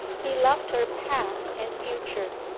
he loved her past and future,